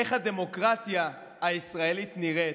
איך הדמוקרטיה הישראלית נראית?